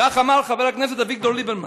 כך אמר חבר הכנסת אביגדור ליברמן.